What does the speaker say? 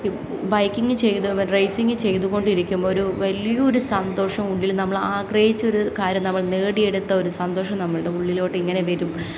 ഇപ്പം ബൈക്കിങ് ചെയ്തു റേസിങ്ങ് ചെയ്തുകൊണ്ടിരിക്കുമ്പോൾ ഒരു വലിയൊരു സന്തോഷം ഉള്ളിൽ നമ്മൾ ആഗ്രഹിച്ച ഒരു കാര്യം നമ്മൾ നേടിയെടുത്ത ഒരു സന്തോഷം നമ്മളുടെ ഉള്ളിലോട്ട് ഇങ്ങനെ വരും